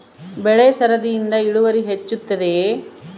ಬೆಳೆ ಸರದಿಯಿಂದ ಇಳುವರಿ ಹೆಚ್ಚುತ್ತದೆಯೇ?